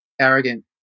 arrogant